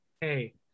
hey